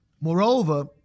Moreover